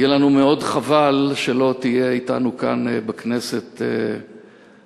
יהיה לנו מאוד חבל שלא תהיה אתנו כאן בכנסת התשע-עשרה.